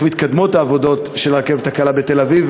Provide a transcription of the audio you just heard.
מתקדמות העבודות על הרכבת הקלה בתל-אביב,